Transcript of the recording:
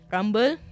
Rumble